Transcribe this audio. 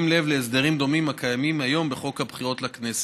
לב להסדרים דומים הקיימים כיום בחוק הבחירות לכנסת.